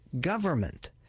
government